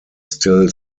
still